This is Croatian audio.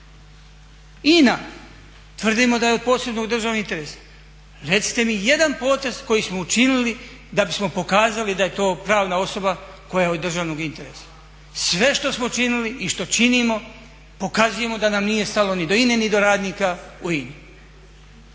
INA tvrdimo da je od posebnog državnog interesa. Recite mi jedan potez koji smo učinili da bismo pokazali da je to pravna osoba koja je od državnog interesa. Sve što smo činili i što činimo pokazujemo da nam nije stalo ni do INA-e ni do radnika u INA-i.